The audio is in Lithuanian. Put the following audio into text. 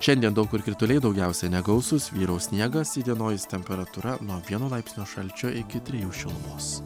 šiandien daug kur krituliai daugiausiai negausūs vyraus sniegas įdienojus temperatūra nuo vieno laipsnio šalčio iki trijų šilumos